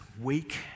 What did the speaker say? weak